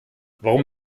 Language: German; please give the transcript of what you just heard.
warum